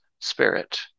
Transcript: spirit